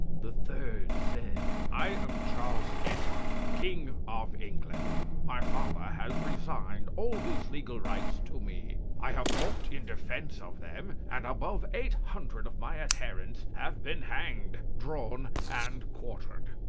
the third said i am charles edward, king of england my father has resigned all his legal rights to me. i have fought in defence of them and above eight hundred of my adherents have been hanged, drawn, and quartered.